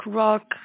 rock